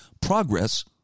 progress